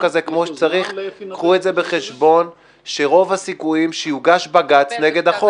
קחו בחשבון שרוב הסיכויים שיוגש בג"ץ נגד החוק,